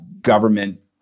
government